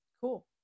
cool